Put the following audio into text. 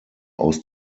aus